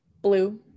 Blue